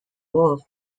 wolf